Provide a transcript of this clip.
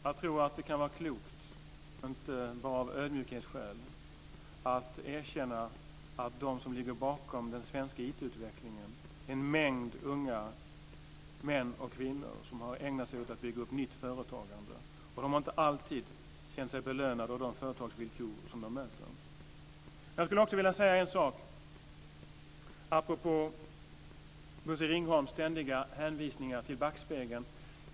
Jag tror att det kan vara klokt, inte bra av ödmjukhetsskäl, att erkänna att de som ligger bakom den svenska IT-utvecklingen är en mängd unga män och kvinnor som har ägnat sig åt att bygga upp nytt företagande. De har inte alltid känt sig belönade av de företagsvillkor som de möter. Jag skulle också vilja säga en sak apropå Bosse Ringholms ständiga hänvisningar till backspegeln.